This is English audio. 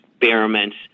experiments